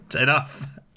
Enough